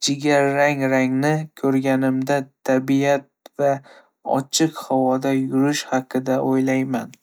Jigarrang rangni ko'rganimda, tabiat va ochiq havoda yurish haqida o'ylayman.